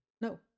No